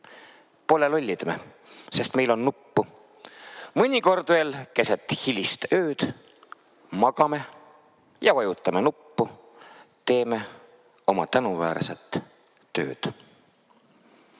Pole lollid me, sest meil on nuppu. Mõnikord veel keset hilist ööd magame ja vajutame nuppu, teeme oma tänuväärset tööd.